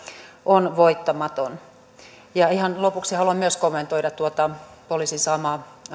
on voittamaton ihan lopuksi haluan myös kommentoida tuota poliisin saamaa